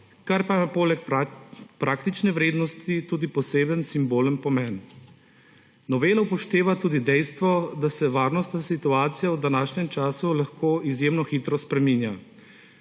kar pa ima poleg praktične vrednosti tudi poseben simbolen pomen. Novela upošteva tudi dejstvo, da se varnostna situacija v današnjem času lahko izjemno hitro spreminja,